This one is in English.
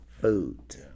Food